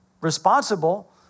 responsible